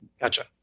Gotcha